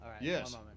Yes